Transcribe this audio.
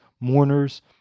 mourners